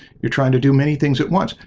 you're trying to do many things at once.